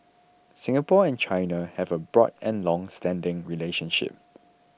Singapore and China have a broad and longstanding relationship